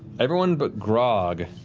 everyone but grog,